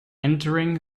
entering